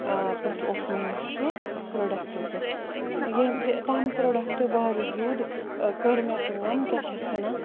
پٲٹھۍ اوس مےٚ نِش سُہ پرٛوڈَکٹ تہِ ییٚمۍ تہِ تَمہِ پروڈَکٹ باوجوٗد کٔر مےٚ کٲم کیٛاہ چھِ اَتھ وَنان